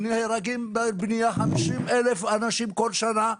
נהרגים בבנייה 50,000 אנשים כל שנה.